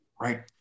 Right